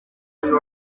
uyu